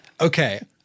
Okay